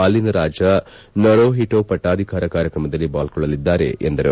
ಅಲ್ಲಿನ ರಾಜ ನರೂಹಿಟೊ ಪಟ್ಪಾಧಿಕಾರ ಕಾರ್ಯಕ್ರಮದಲ್ಲಿ ಪಾಲ್ಗೊಳ್ಳಲಿದ್ದಾರೆ ಎಂದರು